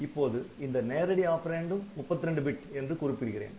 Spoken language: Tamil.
இப்போது இந்த நேரடி ஆப்பரேன்டும் 32 பிட் என்று குறிப்பிடுகிறேன்